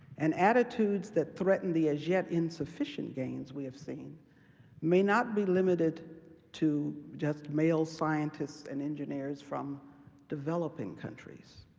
and attitudes that threaten the as yet insufficient gains we have seen may not be limited to just male scientists and engineers from developing countries,